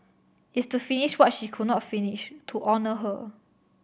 it's to finish what she could not finish to honour her